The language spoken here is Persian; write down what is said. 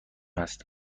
است